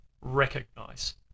recognize